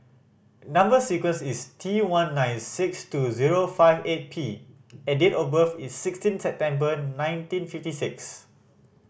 number sequence is T one nine six two zero five eight P and date of birth is sixteen September nineteen fifty six